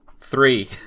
three